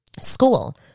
school